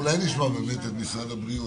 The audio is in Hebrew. אולי נשמע את משרד הבריאות,